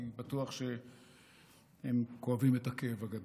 אני בטוח שהם כואבים את הכאב הגדול.